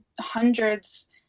hundreds